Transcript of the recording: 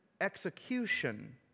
execution